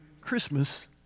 Christmas